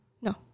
No